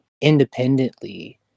independently